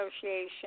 Association